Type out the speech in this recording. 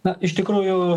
na iš tikrųjų